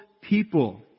people